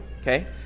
Okay